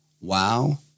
Wow